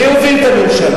מי הוביל את הממשלה?